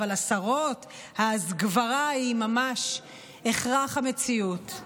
אבל לשרות ההסגברה היא ממש הכרח המציאות.